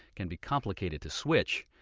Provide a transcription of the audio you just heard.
can be complicated to switch.